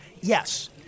Yes